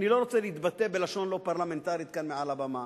אני לא רוצה להתבטא בלשון לא פרלמנטרית כאן מעל הבמה,